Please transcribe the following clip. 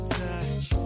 touch